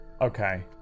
Okay